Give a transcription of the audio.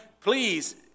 please